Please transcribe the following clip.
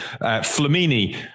Flamini